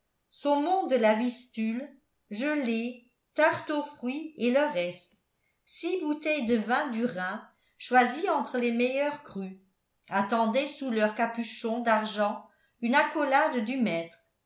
saumon de la vistule gelées tartes aux fruits et le reste six bouteilles de vin du rhin choisies entre les meilleurs crus attendaient sous leur capuchon d'argent une accolade du maître